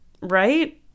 Right